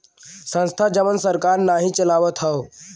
संस्था जवन सरकार नाही चलावत हौ